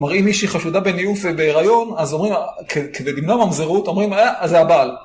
זאת אומרת, אם מישהי חשודה בניאוף בהיריון, אז אומרים, כדי למנוע ממזרות, אומרים אה זה הבעל.